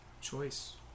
Choice